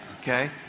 okay